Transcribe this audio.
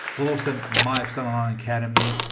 but course of my excel online academy.